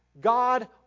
God